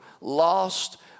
lost